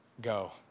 go